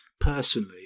personally